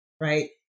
right